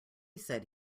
said